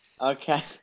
okay